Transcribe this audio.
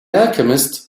alchemist